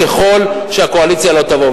ככל שהקואליציה לא תבוא.